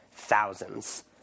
Thousands